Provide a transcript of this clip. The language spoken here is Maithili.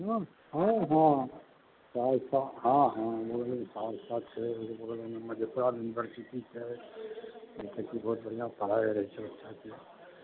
हँ हँ सहरसा हँ हँ बगलेमे सहरसा छै हँ हँ ओहि बगलमे मधेपुरा यूनिवर्सिटी छै जतऽ कि बहुत बढ़िआँ पढ़ाइ होइछै ओतऽ